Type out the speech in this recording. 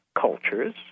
cultures